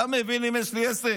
אתה מבין עם מי יש לי עסק?